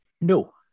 No